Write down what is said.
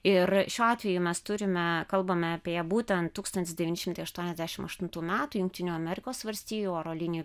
ir šiuo atveju mes turime kalbame apie būtent tūkstantis devyni šimtai aštuoniasdešim aštuntų metų jungtinių amerikos valstijų oro linijų